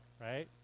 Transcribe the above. right